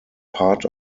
part